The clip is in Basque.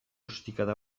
ostikada